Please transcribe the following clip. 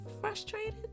frustrated